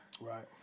Right